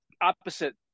opposite